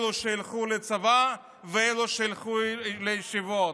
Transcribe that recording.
אלו שילכו לצבא ואלה שילכו לישיבות.